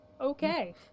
Okay